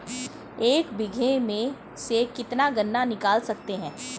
एक बीघे में से कितना गन्ना निकाल सकते हैं?